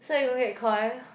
so you going to get Koi